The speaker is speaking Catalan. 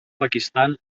pakistan